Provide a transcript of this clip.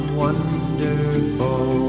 wonderful